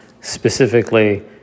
Specifically